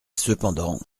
cependant